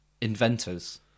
inventors